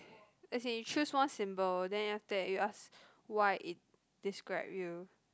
as in you choose one symbol then after that you ask why it describe you